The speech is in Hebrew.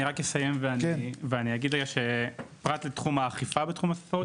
אני רק אסיים ואגיד שפרט לתחום האכיפה בתחום הספסרות,